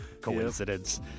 coincidence